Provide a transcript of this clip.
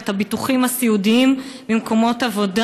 את הביטוחים הסיעודיים במקומות עבודה.